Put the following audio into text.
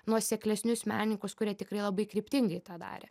nuoseklesnius meninkus kurie tikrai labai kryptingai tą darė